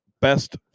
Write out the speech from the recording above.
best